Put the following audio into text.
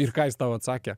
ir ką jis tau atsakė